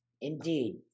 Indeed